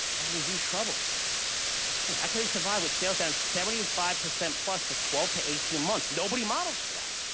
are in huge trouble and how could they survive with sales down seventy five percent plus for twelve to eighteen months, nobody models for that.